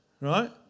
right